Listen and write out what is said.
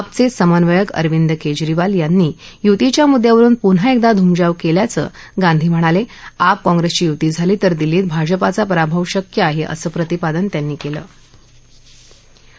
आपच स्तिमन्वयक अरविंद क्जिरीवाल यांनी युतीच्या मुद्दयावरून पुन्हा एकदा घूमजाव केल्याचं गांधी म्हणाल आप काँग्रस्ट्री युती झाली तर दिल्लीत भाजपाचा पराभव शक्य आह असं प्रतिपादन त्यांनी कलि